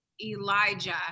elijah